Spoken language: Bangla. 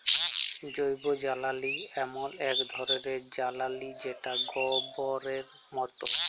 জৈবজ্বালালি এমল এক ধরলের জ্বালালিযেটা গবরের মত